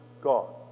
God